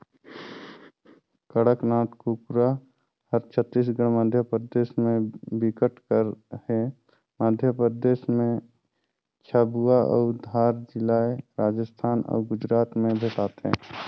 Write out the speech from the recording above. कड़कनाथ कुकरा हर छत्तीसगढ़, मध्यपरदेस में बिकट कर हे, मध्य परदेस में झाबुआ अउ धार जिलाए राजस्थान अउ गुजरात में भेंटाथे